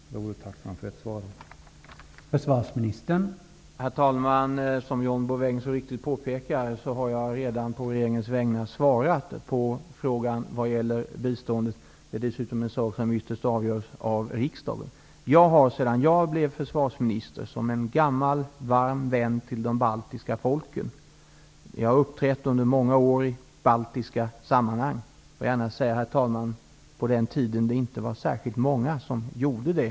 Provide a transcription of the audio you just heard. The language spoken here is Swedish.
Jag vore tacksam för ett svar på min fråga.